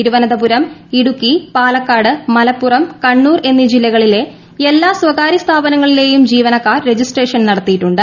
തിരുവനന്തപുരം ഇടുക്കി പാലക്കാട് മലപ്പുറം കണ്ണൂർ എന്നീ ജില്ലകളിലെ എല്ലാ സ്ഥാപനങ്ങളിലേയും ജീവനക്കാർ രജിസ്ട്രേഷൻ നടത്തിയിട്ടുണ്ട്